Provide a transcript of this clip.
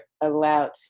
allowed